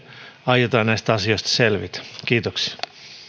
aiotaan näistä asioista selvitä kiitoksia